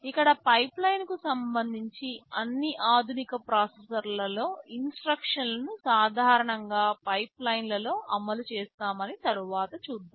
ఇక్కడ పైప్లైన్కు సంబంధించి అన్ని ఆధునిక ప్రాసెసర్లలో ఇన్స్ట్రక్షన్లను సాధారణంగా పైప్లైన్లో అమలు చేస్తామని తరువాత చూద్దాం